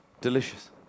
delicious